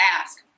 ask